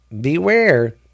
beware